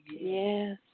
Yes